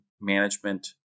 management